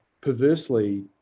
perversely